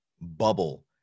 bubble